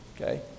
okay